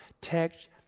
Text